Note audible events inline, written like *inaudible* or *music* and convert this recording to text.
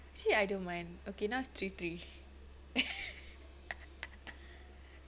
actually I don't mind okay now is three three *laughs*